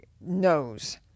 knows